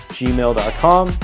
gmail.com